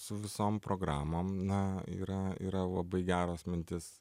su visom programom na yra yra labai geros mintys